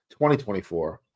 2024